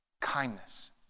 kindness